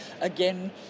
Again